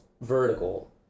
vertical